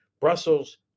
Brussels